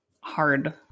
hard